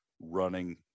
running